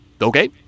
Okay